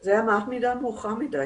זה היה מעט מדי ומאוחר מדי.